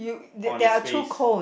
on it's face